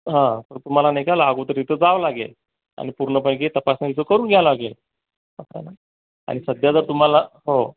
हां तुम्हाला नाही का अगोदर तिथं जावं लागेल आणि पूर्णपणे तपासणी करून घ्यावी लागेल आणि सध्या तर तुम्हाला हो